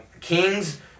Kings